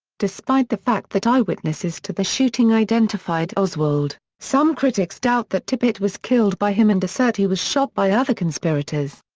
despite the fact that eyewitnesses to the shooting identified oswald, some critics doubt that tippit was killed by him and assert he was shot by other conspirators.